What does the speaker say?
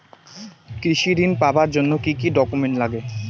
কৃষি ঋণ পাবার জন্যে কি কি ডকুমেন্ট নাগে?